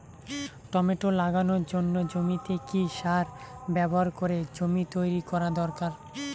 Tomato লাগানোর জন্য জমিতে কি সার ব্যবহার করে জমি তৈরি করা দরকার?